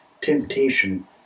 temptation